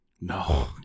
No